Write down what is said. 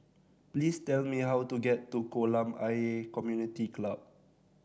please tell me how to get to Kolam Ayer Community Club